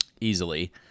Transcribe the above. Easily